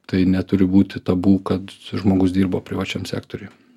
tai neturi būti tabu kad žmogus dirbo privačiam sektoriuje